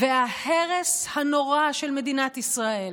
וההרס הנורא של מדינת ישראל,